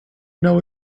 know